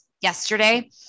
yesterday